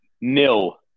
Nil